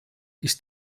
ist